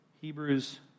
Hebrews